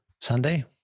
Sunday